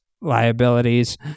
liabilities